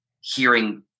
hearing